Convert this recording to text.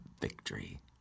victory